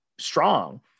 strong